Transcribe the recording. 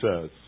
says